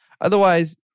Otherwise